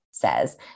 says